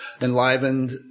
enlivened